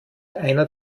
einer